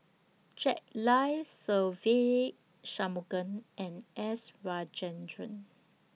Jack Lai Se Ve Shanmugam and S Rajendran